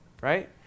right